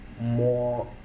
more